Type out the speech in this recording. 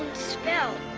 spell.